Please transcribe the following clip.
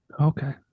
Okay